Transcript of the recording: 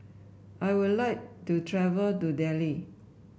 I would like to travel to Dili